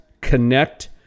connect